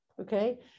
okay